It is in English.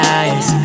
eyes